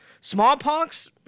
Smallpox